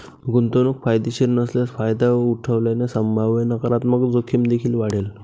गुंतवणूक फायदेशीर नसल्यास फायदा उठवल्याने संभाव्य नकारात्मक जोखीम देखील वाढेल